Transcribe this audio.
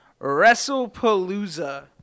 Wrestlepalooza